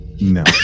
no